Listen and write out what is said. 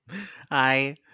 Hi